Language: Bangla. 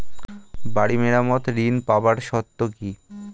বাড়ি মেরামত ঋন পাবার শর্ত কি?